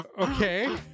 Okay